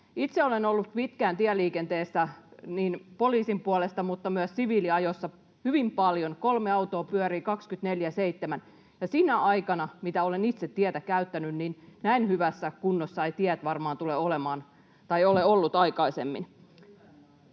Itse olen ollut pitkään tieliikenteessä niin poliisin puolesta kuin myös siviiliajossa, hyvin paljon. Kolme autoa pyörii 24/7, ja sinä aikana, jona olen itse tietä käyttänyt, näin hyvässä kunnossa eivät tiet varmaan ole olleet aikaisemmin.